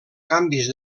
canvis